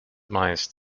mice